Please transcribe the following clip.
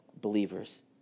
believers